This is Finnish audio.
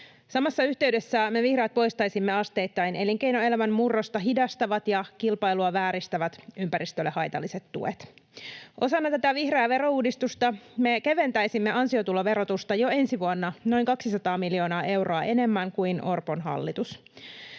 Samassa yhteydessä me vihreät poistaisimme asteittain elinkeinoelämän murrosta hidastavat ja kilpailua vääristävät ympäristölle haitalliset tuet. Osana tätä vihreätä verouudistusta me keventäisimme ansiotuloverotusta jo ensi vuonna noin 200 miljoonaa euroa enemmän kuin Orpon hallitus.